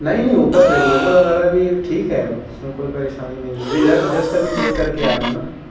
نہیں نہیں اوپر ریگولیٹر وغیرہ بھی ٹھیک ہے اس میں کوئی پریشانی نہیں ہے ابھی جسٹ ابھی چیک کر کے آ رہا ہوں نا